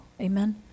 Amen